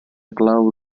clau